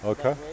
Okay